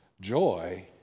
Joy